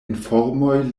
informoj